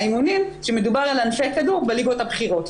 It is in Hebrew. האימונים כשמדובר על אנשי הכדור בליגות הבכירות.